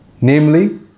Namely